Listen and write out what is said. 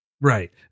Right